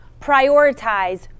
Prioritize